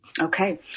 Okay